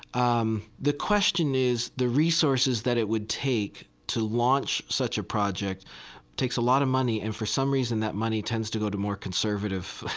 um the question is, the resources that it would take to launch such a project. it takes a lot of money, and for some reason that money tends to go to more conservative,